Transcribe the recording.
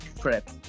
prep